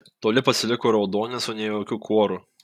toli pasiliko raudonė su nejaukiu kuoru